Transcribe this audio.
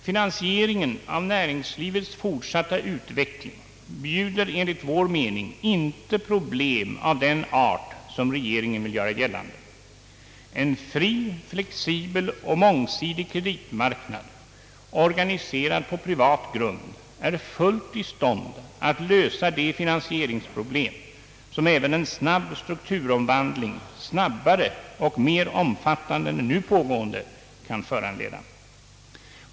Finansieringen av näringslivets fortsatta utveckling bjuder enligt vår mening inte problem av den art som regeringen vill göra gällande. En fri, flexibel och mångsidig kreditmarknad, organiserad på privat grund, är fullt i stånd att lösa de finansieringsproblem som även en snabb strukturomvandling — snabbare och mer omfattande än den nu pågående kan föranleda.